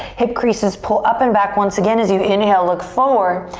hip creases pull up and back once again as you inhale look forward.